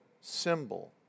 symbol